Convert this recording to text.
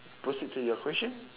proceed to your question